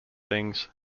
things